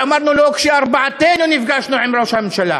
ואמרנו לו כשארבעתנו נפגשנו עם ראש הממשלה: